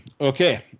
okay